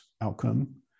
outcome